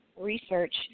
research